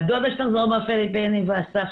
והדודה שתחזור מהפיליפינים, והסבתא.